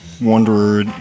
wanderer